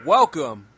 Welcome